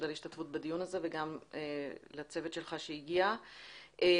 על ההשתתפות בדיון הזה וגם לצוות שהגיע אתך